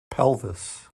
pelvis